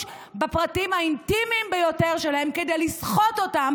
בפרטים האינטימיים ביותר שלהם כדי לסחוט אותם,